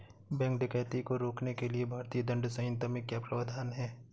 bank डकैती को रोकने के लिए भारतीय दंड संहिता में क्या प्रावधान है